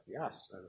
Yes